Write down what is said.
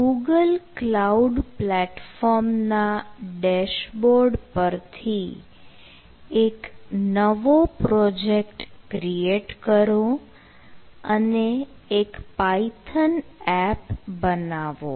Google cloud platform ના dashboard પરથી એક નવો પ્રોજેક્ટ ક્રીએટ કરો અને એક પાયથન એપ બનાવો